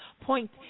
Point